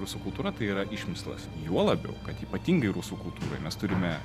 rusų kultūra tai yra išmislas juo labiau kad ypatingai rusų kultūroj mes turime